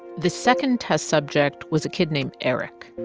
the second test subject was a kid named eric.